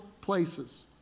places